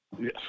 Yes